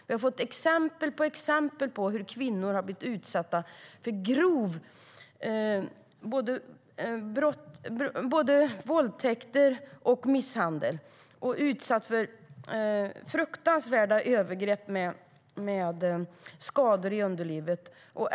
Vi har sett exempel på hur kvinnor har blivit utsatta för grova våldtäkter och misshandel. De har utsatts för fruktansvärda övergrepp med skador i underlivet.